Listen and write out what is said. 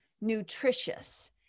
nutritious